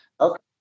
Okay